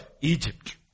Egypt